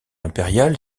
impérial